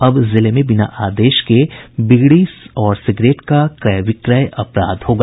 अब जिले में बिना आदेश के बीड़ी सिगरेट का क्रय विक्रय अपराध होगा